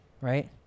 Right